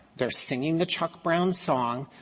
they're singing the chuck brown song.